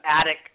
attic